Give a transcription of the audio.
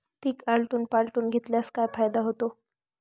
पीक आलटून पालटून घेतल्यास काय फायदा होतो?